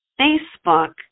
Facebook